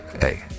Hey